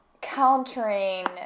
countering